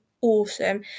awesome